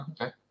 okay